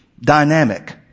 dynamic